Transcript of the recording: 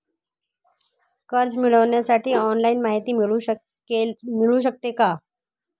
कर्ज मिळविण्यासाठी ऑनलाईन माहिती मिळू शकते का?